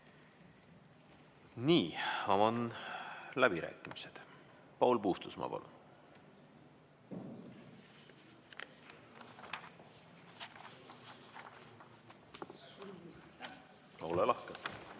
Nii, avan läbirääkimised. Paul Puustusmaa, palun! Ole lahke!